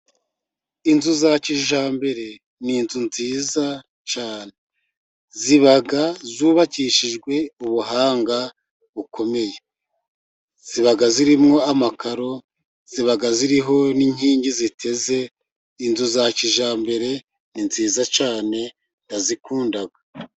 Inzu za kijyambere ni inzu nziza cyane. Ziba zubakishijwe ubuhanga bukomeye, ziba zirimo amakaro, ziba ziriho n'inkingi ziteze. Inzu za kijyambere ni nziza cyane ndazikunda.